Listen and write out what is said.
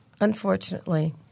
Unfortunately